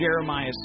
Jeremiah